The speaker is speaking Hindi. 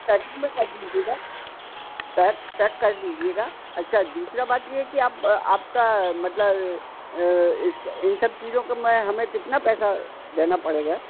पैकिंग में कर दीजिएगा पैक पैक कर दीजिएगा अच्छा दूसरी बात ये है कि आप आपका मतलब इन सब चीज़ों का मैं हमें कितना पैसा देना पड़ेगा